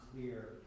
clear